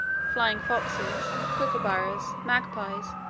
flying foxes, kookooburras, magpies,